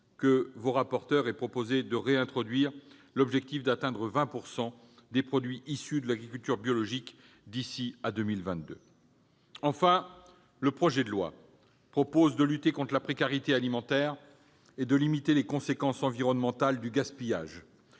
que vos rapporteurs aient proposé de réintroduire l'objectif d'atteindre 20 % de produits issus de l'agriculture biologique d'ici à 2022. Enfin, le projet de loi vise à lutter contre la précarité alimentaire et à limiter les conséquences environnementales du gaspillage.